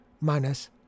minus